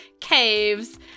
caves